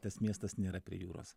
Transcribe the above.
tas miestas nėra prie jūros